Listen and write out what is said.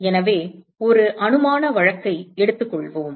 எனவே ஒரு அனுமான வழக்கை எடுத்துக் கொள்வோம்